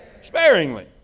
sparingly